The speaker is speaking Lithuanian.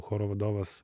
choro vadovas